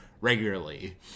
regularly